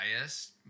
biased